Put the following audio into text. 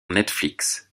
netflix